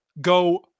go